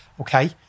okay